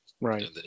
right